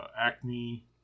acne